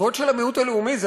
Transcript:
הזכויות של המיעוט הלאומי הן,